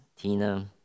Tina